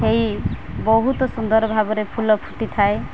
ହେଇ ବହୁତ ସୁନ୍ଦର ଭାବରେ ଫୁଲ ଫୁଟିଥାଏ